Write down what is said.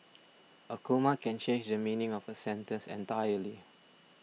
a comma can change the meaning of a sentence entirely